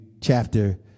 chapter